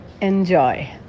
enjoy